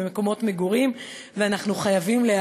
ובמקומות מגורים,